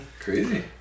Crazy